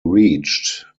reached